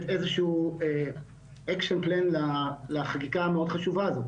אילו שהן תוכניות נמרצות לחקיקה המאוד חשובה הזו?